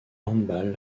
handball